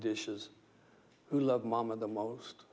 dishes who love mama the most